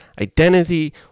identity